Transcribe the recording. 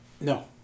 No